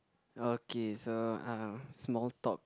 okay so uh small talk